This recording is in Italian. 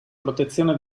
protezione